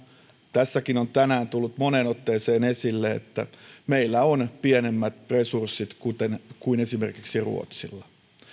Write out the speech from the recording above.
tässäkin on tänään tullut moneen otteeseen esille että meillä on pienemmät resurssit kuin esimerkiksi ruotsilla